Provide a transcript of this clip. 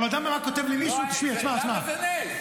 אתה יודע מה, כותב לי מישהו --- למה זה נס?